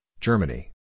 Germany